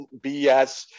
BS